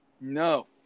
no